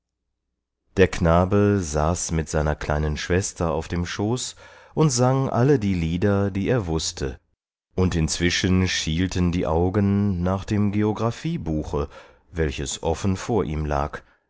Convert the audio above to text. der knabe faß mit seiner kleinen schwester auf dem schoß und sang alle die lieder die er wußte und inzwischen schielten die augen nach dem geographiebuche welches offen vor ihm lag